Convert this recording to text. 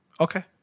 Okay